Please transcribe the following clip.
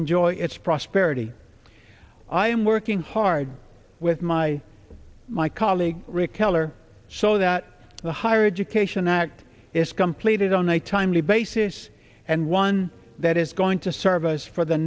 enjoy its prosperity i am working hard with my my colleague rick keller so that the higher education act is completed on a timely basis and one that is going to service for the